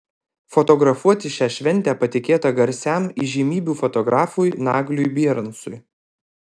fotografuoti šią šventę patikėta garsiam įžymybių fotografui nagliui bierancui